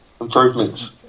Improvements